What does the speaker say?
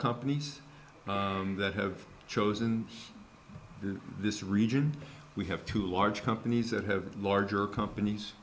companies that have chosen this region we have two large companies that have larger companies